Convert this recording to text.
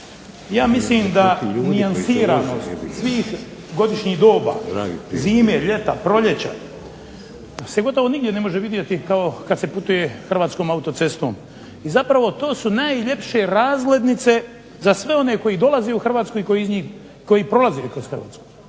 Ja mislim da nijansiranost svih godišnjih doba, zime, ljeta, proljeća pa se gotovo nigdje ne može vidjeti kao kad se putuje hrvatskom autocestom, i zapravo to su najljepše razvojnice za sve one koji dolaze u Hrvatsku i koji iz njih,